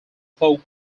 folk